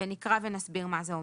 ונקרא ונסביר מה זה אומר.